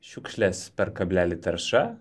šiukšlės per kablelį tarša